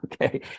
Okay